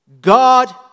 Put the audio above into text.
God